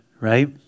right